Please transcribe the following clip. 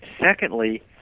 Secondly